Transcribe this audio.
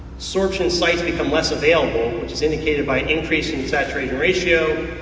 sorption sites become less available, which is indicated by increasing saturation ratio,